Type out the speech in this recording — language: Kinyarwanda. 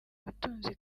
butunzi